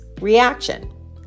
reaction